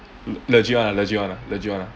le~ legit one ah legit one ah legit one ah